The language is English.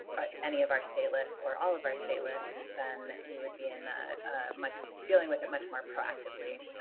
or any of our state lists or all of our state lists then we would be in a much dealing with it much more proactively